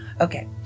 Okay